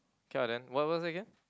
okay lah then what what's that again